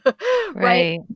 right